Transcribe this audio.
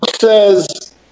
says